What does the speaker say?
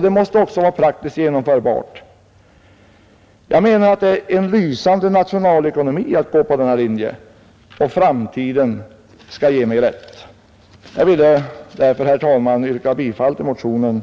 De måste också vara praktiskt genomförbara. Jag anser att det är en lysande nationalekonomi att gå på denna linje, och framtiden skall ge mig rätt. Jag vill därför, herr talman, yrka bifall till motionen